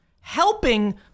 Helping